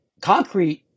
concrete